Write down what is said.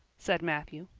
said matthew.